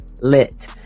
Lit